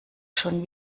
schon